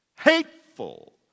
hateful